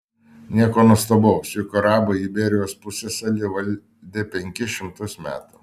nieko nuostabaus juk arabai iberijos pusiasalį valdė penkis šimtus metų